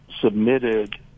submitted